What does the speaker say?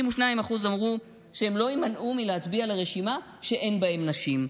62% אמרו שהם לא יימנעו מלהצביע לרשימה שאין בה נשים.